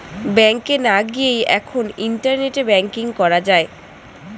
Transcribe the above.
ব্যাংকে না গিয়েই এখন ইন্টারনেটে ব্যাঙ্কিং করা যায়